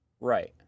Right